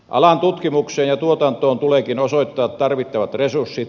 alan tutkimukseen ja tuotantoon tuleekin osoittaa tarvittavat resurssit